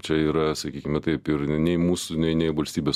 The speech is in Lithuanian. čia yra sakykime taip ir nei mūsų nei nei valstybės